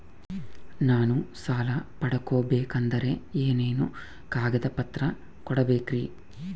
ನಾನು ಸಾಲ ಪಡಕೋಬೇಕಂದರೆ ಏನೇನು ಕಾಗದ ಪತ್ರ ಕೋಡಬೇಕ್ರಿ?